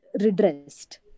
redressed